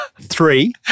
three